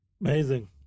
Amazing